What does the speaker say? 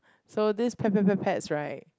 so this Petpetpet pets right